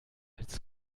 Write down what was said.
als